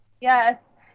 Yes